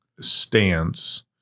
stance